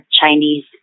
Chinese